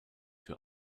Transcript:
für